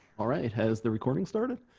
alright, it has the recording started